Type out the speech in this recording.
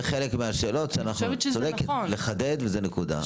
זה חלק מהשאלות שצריך לחדד, וזו נקודה.